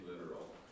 literal